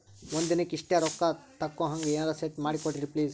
ಒಂದಿನಕ್ಕ ಇಷ್ಟೇ ರೊಕ್ಕ ತಕ್ಕೊಹಂಗ ಎನೆರೆ ಸೆಟ್ ಮಾಡಕೋಡ್ರಿ ಪ್ಲೀಜ್?